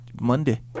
Monday